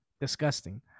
Disgusting